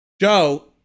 Joe